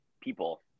people